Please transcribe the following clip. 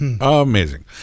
Amazing